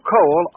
Coal